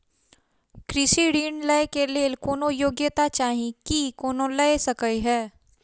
कृषि ऋण लय केँ लेल कोनों योग्यता चाहि की कोनो लय सकै है?